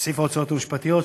-- סעיף ההוצאות המשפטיות,